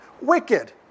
wicked